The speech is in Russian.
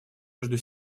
между